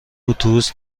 اتوبوس